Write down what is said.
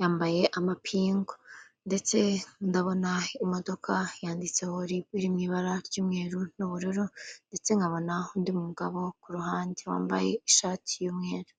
yambaye amapingu ndetse ndabona imodoka yanditseho ribu ( RIB) iri mu ibara ry'umweru n'ubururu ndetse nkabona undi mugabo kuruhande wambaye ishati y'umweru.